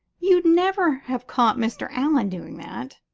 you'd never have caught mr. allan doing that.